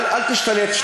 אם לא תקשיב לא תבין.